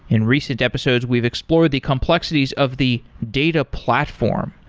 in recent episodes, we've explored the complexities of the data platform,